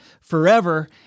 forever